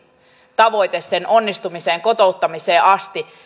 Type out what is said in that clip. tavoite sen onnistumisessa kotouttamiseen asti